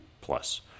plus